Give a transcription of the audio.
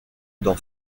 d’en